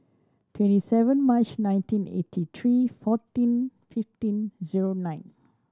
twenty seven March nineteen eighty three fourteen fifteen zero nine